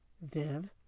Viv